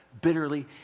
bitterly